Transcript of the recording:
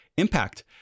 impact